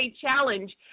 challenge